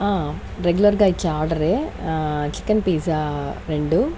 రెగ్యులర్గా ఇచ్చే ఆర్డరే చికెన్ పిజ్జా రెండు